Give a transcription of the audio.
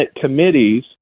committees